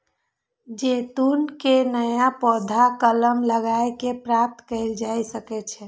जैतून के नया पौधा कलम लगाए कें प्राप्त कैल जा सकै छै